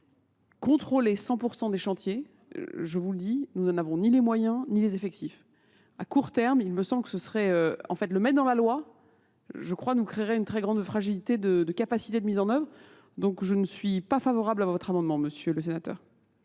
contrôler 100% des chantiers. Je vous le dis, nous n'en avons ni les moyens ni les effectifs. À court terme, il me semble que ce serait en fait le mettre dans la loi, je crois nous créerait une très grande fragilité de capacité de mise en oeuvre donc je ne suis pas favorable à votre amendement monsieur le sénateur